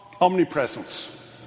omnipresence